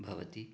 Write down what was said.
भवति